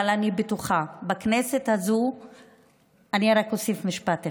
אבל אני בטוחה, אני רק אוסיף משפט אחד: